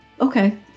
Okay